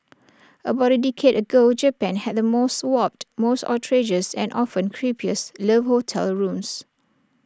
about A decade ago Japan had the most warped most outrageous and often creepiest love hotel rooms